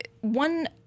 one